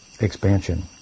expansion